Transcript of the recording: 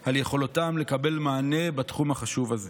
את יכולתם לקבל מענה בתחום החשוב הזה.